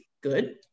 good